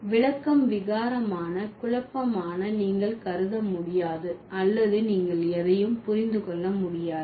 விளக்கம் விகாரமான குழப்பமான நீங்கள் கருத முடியாது அல்லது நீங்கள் எதையும் புரிந்து கொள்ள முடியாது